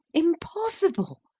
impossible!